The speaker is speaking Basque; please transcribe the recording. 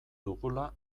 dugula